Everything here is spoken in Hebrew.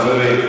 חברים.